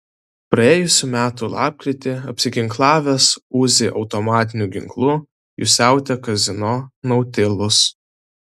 praėjusių metų lapkritį apsiginklavęs uzi automatiniu ginklu jis siautė kazino nautilus